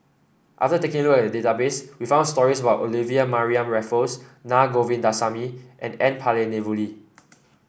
after taking a look at the database we found stories about Olivia Mariamne Raffles Naa Govindasamy and N Palanivelu